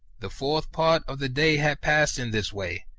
the fourth part of the day had passed in this way,